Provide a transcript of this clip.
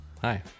Hi